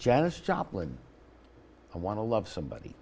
janice joplin i want to love somebody